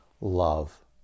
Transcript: love